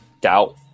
doubt